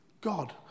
God